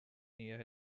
near